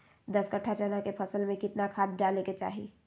दस कट्ठा चना के फसल में कितना खाद डालें के चाहि?